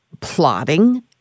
plotting